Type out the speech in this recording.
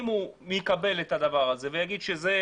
אם הוא יקבל את הדבר הזה ויגיד שזה,